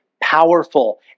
powerful